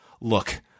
Look